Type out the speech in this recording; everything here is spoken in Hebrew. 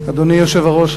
אדוני היושב-ראש,